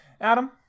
Adam